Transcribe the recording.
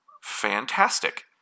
fantastic